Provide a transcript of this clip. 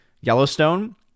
Yellowstone